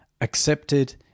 Accepted